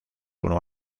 uno